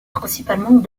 principalement